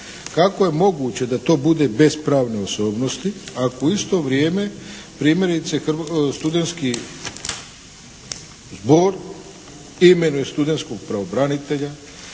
kako je moguće da to bude bez pravne osobnosti, ako u isto vrijeme primjerice studentski zbor imenuje studentskog pravobranitelja,